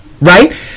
right